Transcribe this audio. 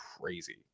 crazy